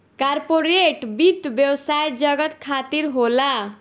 corporate वित्त व्यवसाय जगत खातिर होला